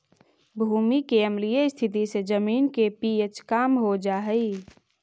भूमि के अम्लीय स्थिति से जमीन के पी.एच कम हो जा हई